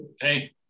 Hey